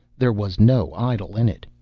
there was no idol in it,